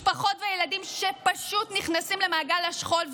משפחות וילדים שפשוט נכנסים למעגל השכול,